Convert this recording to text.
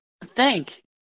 Thank